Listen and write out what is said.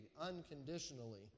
unconditionally